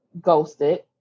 ghosted